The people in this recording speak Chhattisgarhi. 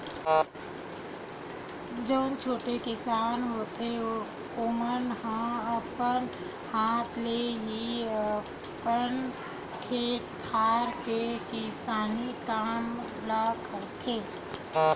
जउन छोटे किसान होथे ओमन ह अपन हाथ ले ही अपन खेत खार के किसानी काम ल करथे